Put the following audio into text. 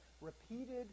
repeated